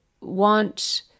want